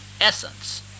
essence